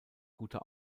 guter